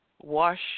wash